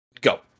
Go